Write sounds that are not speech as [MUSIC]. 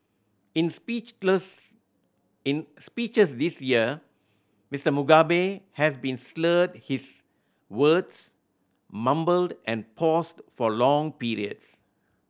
in speech [UNINTELLIGIBLE] in speeches this year Mister Mugabe has been slurred his words mumbled and paused for long periods